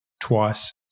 twice